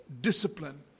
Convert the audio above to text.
discipline